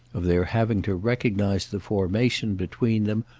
of their having to recognise the formation, between them,